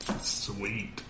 Sweet